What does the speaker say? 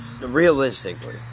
realistically